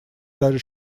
даже